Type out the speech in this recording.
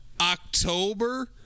October